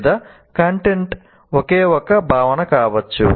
లేదా కంటెంట్ ఒకే ఒక్క భావన కావచ్చు